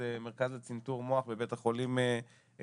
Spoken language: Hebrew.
זה המרכז לצנתור מוח בבית החולים ברזילי,